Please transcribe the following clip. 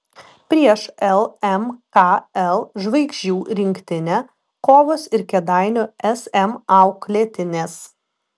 prieš lmkl žvaigždžių rinktinę kovos ir kėdainių sm auklėtinės